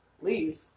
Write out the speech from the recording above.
leave